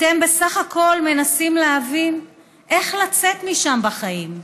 אתם בסך הכול מנסים להבין איך לצאת משם בחיים.